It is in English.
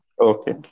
okay